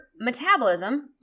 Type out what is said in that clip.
metabolism